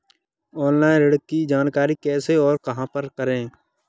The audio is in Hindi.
ऑनलाइन ऋण की जानकारी कैसे और कहां पर करें?